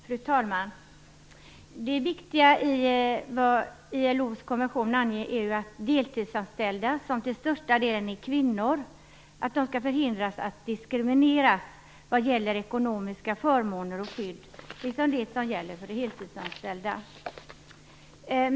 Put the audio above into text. Fru talman! Det viktiga i ILO:s konvention är att diskriminering av deltidsanställda, som till största delen är kvinnor, skall förhindras vad gäller ekonomiska förmåner och skydd. Det som gäller för heltidsanställda skall gälla för deltidsanställda.